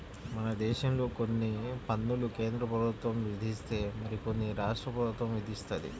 మనదేశంలో కొన్ని పన్నులు కేంద్రప్రభుత్వం విధిస్తే మరికొన్ని రాష్ట్ర ప్రభుత్వం విధిత్తది